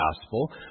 Gospel